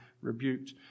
rebuked